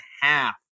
half